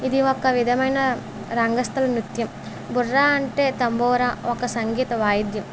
ఇది ఒక విధమైన రంగస్థల నృత్యం బుర్రా అంటే తంబోరా ఒక సంగీత వాయిద్యం